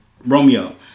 Romeo